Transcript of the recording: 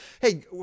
Hey